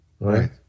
Right